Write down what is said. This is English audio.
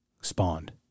spawned